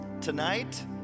tonight